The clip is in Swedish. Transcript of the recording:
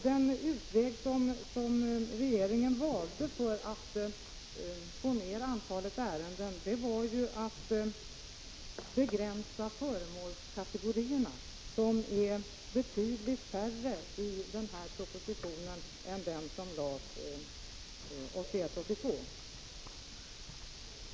Den utväg som regeringen valde för att få ned antalet ärenden var att begränsa föremålskategorierna, som är betydligt färre i denna proposition än i den som framlades 1981/82.